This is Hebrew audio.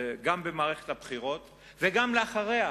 במערכת הבחירות וגם לאחריה,